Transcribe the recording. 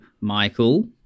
Michael